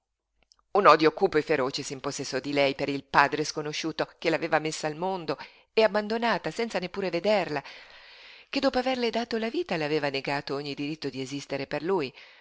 un odio cupo e feroce s'impossessò di lei per il padre sconosciuto che l'aveva messa al mondo e abbandonata senza neppure vederla che dopo averle dato la vita le aveva negato ogni diritto di esistere per lui